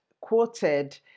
quoted